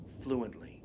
Fluently